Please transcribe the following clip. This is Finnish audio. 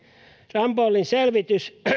rambollin selvitys